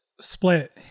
split